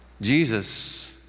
Jesus